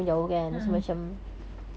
a'ah